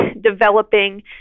developing